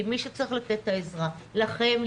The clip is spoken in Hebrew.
מי שצריך לתת את העזרה לכם,